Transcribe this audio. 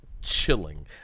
chilling